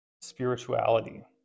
spirituality